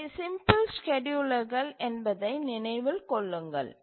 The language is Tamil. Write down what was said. இவை சிம்பிள் ஸ்கேட்யூலர்கள் என்பதை நினைவில் கொள்ளுங்கள்